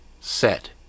set